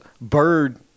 Bird